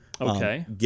Okay